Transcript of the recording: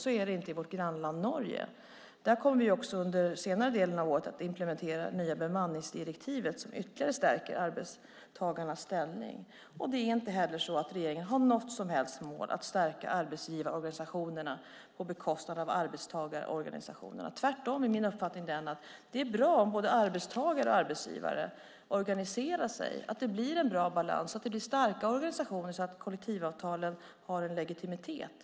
Så är det inte i vårt grannland Norge. Vi kommer också under senare delen av året att implementera det nya bemanningsdirektivet, som ytterligare stärker arbetstagarnas ställning. Det är inte heller så att regeringen har något som helst mål att stärka arbetsgivarorganisationerna på bekostnad av arbetstagarorganisationerna. Tvärtom är min uppfattning den att det är bra om både arbetstagare och arbetsgivare organiserar sig, att det blir en bra balans och att det blir starka organisationer så att kollektivavtalen har en legitimitet.